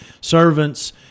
servants